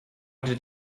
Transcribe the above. did